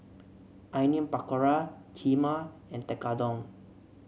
Onion Pakora Kheema and Tekkadon